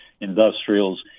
industrials